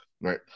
right